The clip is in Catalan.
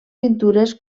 pintures